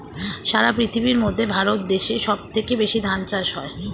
সারা পৃথিবীর মধ্যে ভারত দেশে সব থেকে বেশি ধান চাষ হয়